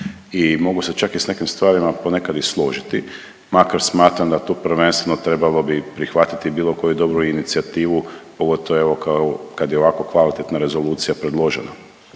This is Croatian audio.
i mogu se čak s nekim stvarima ponekad i složiti, makar smatram da tu prvenstveno trebalo bi prihvatiti bilo koju dobru inicijativu, pogotovo evo kad je ovako kvalitetna rezolucija predložena.